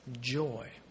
joy